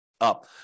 up